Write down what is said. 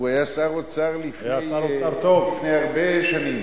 הוא היה שר האוצר לפני הרבה שנים.